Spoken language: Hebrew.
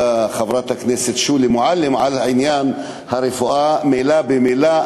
חברת הכנסת שולי מועלם על עניין הרפואה מילה במילה.